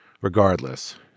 Regardless